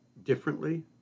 Differently